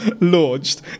launched